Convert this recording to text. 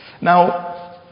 Now